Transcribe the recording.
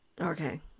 Okay